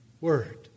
word